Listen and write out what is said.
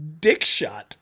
Dickshot